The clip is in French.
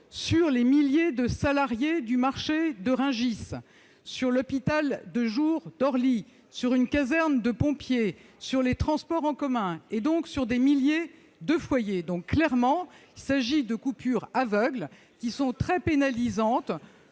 Sur les milliers de salariés du marché de Rungis, sur l'hôpital de jour d'Orly, sur une caserne de pompiers, sur les transports en commun, donc sur des milliers de foyers ... Clairement, il s'agit de coupures aveugles, qui sont très pénalisantes